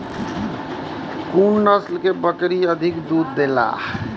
कुन नस्ल के बकरी अधिक दूध देला?